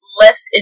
less